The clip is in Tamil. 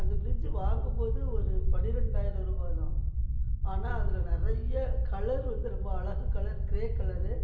அந்த ஃப்ரிட்ஜி வாங்கும் போது ஒரு பன்னிரெண்டாயிறரூபா தான் ஆனால் அதில் நிறைய கலர் வந்து ரொம்ப அழகு கலர் க்ரே கலரு